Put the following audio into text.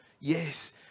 yes